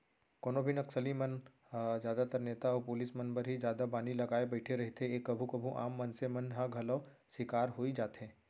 कोनो भी नक्सली मन ह जादातर नेता अउ पुलिस मन बर ही जादा बानी लगाय बइठे रहिथे ए कभू कभू आम मनसे मन ह घलौ सिकार होई जाथे